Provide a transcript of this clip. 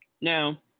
Now